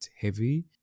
heavy